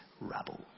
rabble